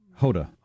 Hoda